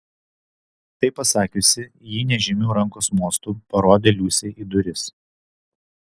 tai pasakiusi ji nežymiu rankos mostu parodė liusei į duris